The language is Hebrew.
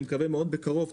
ואני מקווה מאוד בקרוב,